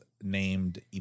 named